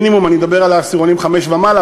מינימום אני מדבר על העשירונים 5 ומעלה,